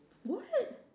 what